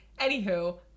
anywho